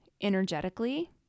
energetically